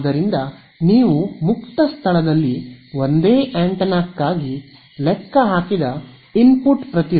ಆದ್ದರಿಂದ ನೀವು ಮುಕ್ತ ಸ್ಥಳದಲ್ಲಿ ಒಂದೇ ಆಂಟೆನಾಕ್ಕಾಗಿ ಇನ್ಪುಟ್ ಪ್ರತಿರೋಧ ಲೆಕ್ಕ ಹಾಕಿದ್ದೀರಿ